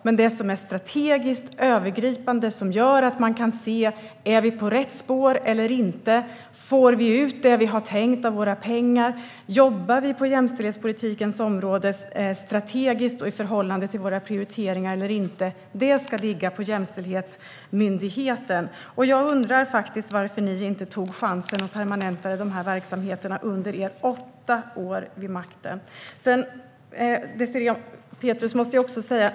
Men det som är strategiskt övergripande och som gör att man kan se om vi är på rätt spår eller inte, om vi får ut det vi har tänkt av våra pengar och om vi jobbar strategiskt på jämställdhetspolitikens område i förhållande till våra prioriteringar eller inte ska ligga på jämställdhetsmyndigheten. Jag undrar faktiskt varför ni inte tog chansen att permanenta de här verksamheterna under era åtta år vid makten.